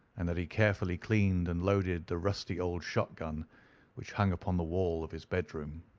and that he carefully cleaned and loaded the rusty old shotgun which hung upon the wall of his bedroom.